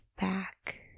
back